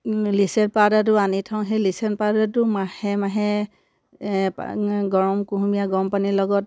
listen পাউদাৰটো আনি থওঁ সেই লিচেন পাউদাৰটো মাহে মাহে গৰম কুহুমীয়া গৰম পানীৰ লগত